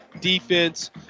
defense